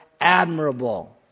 admirable